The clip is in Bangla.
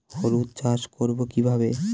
হলুদ চাষ করব কিভাবে?